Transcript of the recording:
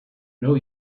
know